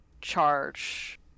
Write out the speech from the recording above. charge